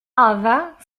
avant